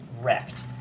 wrecked